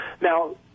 now